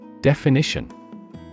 Definition